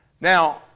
Now